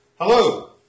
Hello